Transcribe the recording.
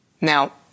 Now